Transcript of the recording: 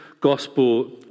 gospel